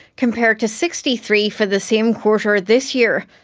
compared to sixty three for the same quarter this year.